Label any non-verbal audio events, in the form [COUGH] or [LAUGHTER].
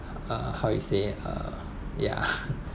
uh how it say uh ya [LAUGHS]